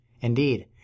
Indeed